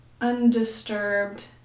undisturbed